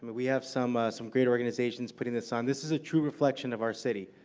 we have some some great organizations putting this on. this is a true reflection of our city.